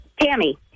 Tammy